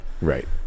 right